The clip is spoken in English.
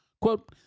Quote